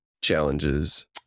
challenges